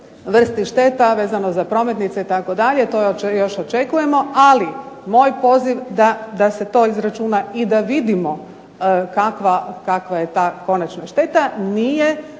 vrsti šteta vezano za prometnice itd. to još očekujemo, ali moj poziv da se to izračuna i da vidimo kakva je ta konačna šteta nije